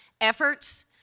efforts